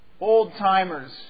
old-timers